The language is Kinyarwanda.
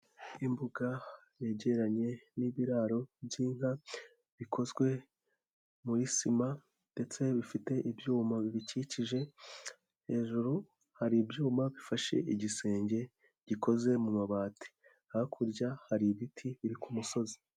Imbuga yegeranye n'ibiraro by'inka, bikozwe muri sima ndetse bifite ibyuma bibikikije, hejuru hari ibyuma bifashe igisenge gikoze mu mabati. Hakurya hari ibiti biri ku musozi.